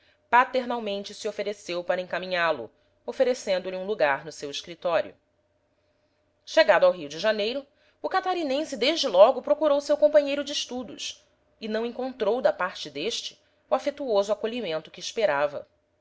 paternalmente se ofereceu para encaminhá lo oferecendo-lhe um lugar no seu escritório chegado ao rio de janeiro o catarinense desde logo procurou o seu companheiro de estudos e não encontrou da parte deste o afetuoso acolhimento que esperava